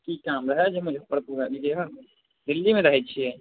की काम रहै जे मुजफ्फरपुर अएली हँ दिल्लीमे रहै छिए